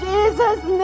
Jesus